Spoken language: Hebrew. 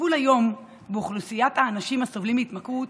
הטיפול היום באוכלוסיית האנשים הסובלים מהתמכרות,